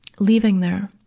leaving there